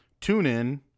TuneIn